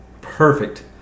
perfect